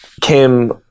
came